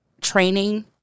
training